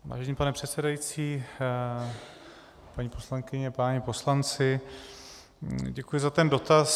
Vážený pane předsedající, paní poslankyně, páni poslanci, děkuji za ten dotaz.